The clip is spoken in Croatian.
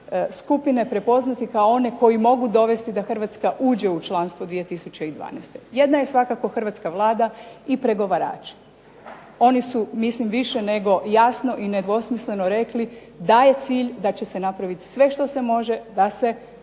skupine prepoznati kao one koji mogu dovesti da Hrvatska uđe u članstvo 2012. Jedna je svakako Hrvatska vlada i pregovarači. Oni su više nego jasno i nedvosmisleno rekli da je cilj da će se napraviti sve što se može da se